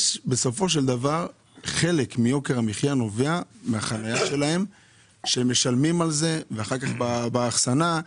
בסופו של דבר חלק מיוקר המחייה נובע מהחניה שלהן ואחר כך באחסנה.